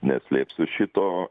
neslėpsiu šito